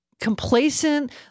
Complacent